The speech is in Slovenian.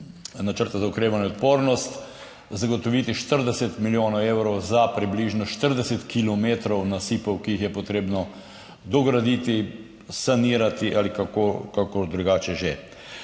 Načrta za okrevanje in odpornost zagotoviti 40 milijonov evrov za približno 40 kilometrov nasipov, ki jih je potrebno dograditi, sanirati ali kako drugače že.